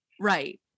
Right